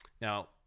Now